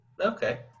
okay